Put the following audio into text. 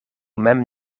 mem